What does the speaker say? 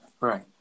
Right